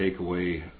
takeaway